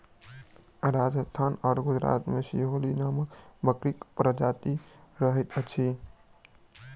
राजस्थान आ गुजरात मे सिरोही नामक बकरीक प्रजाति रहैत अछि